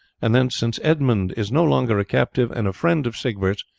and that, since edmund is no longer a captive, and a friend of siegbert's,